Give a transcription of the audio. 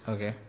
Okay